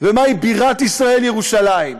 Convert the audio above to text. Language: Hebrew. ומהי בירת ישראל ירושלים,